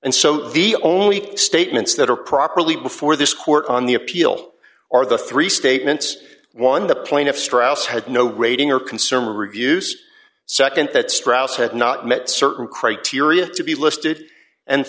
and so the only statements that are properly before this court on the appeal are the three statements one the plaintiff straus had no rating or consumer reviews nd that strauss had not met certain criteria to be listed